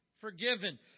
forgiven